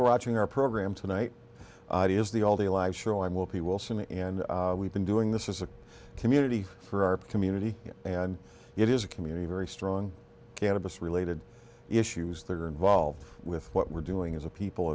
six in our program tonight is the all the live show i will be will soon and we've been doing this as a community for our community and it is a community very strong cannabis related issues that are involved with what we're doing as a people